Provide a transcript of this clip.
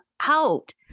out